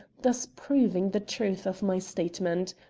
thus proving the truth of my statement.